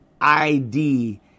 ID